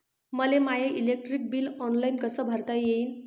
मले माय electric bill online कस भरता येईन?